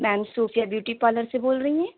میم Sofia beauty parlour سے بول رہی ہیں